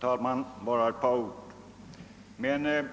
Herr talman! Bara ett par ord.